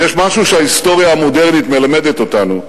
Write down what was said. אם יש משהו שההיסטוריה המודרנית מלמדת אותנו,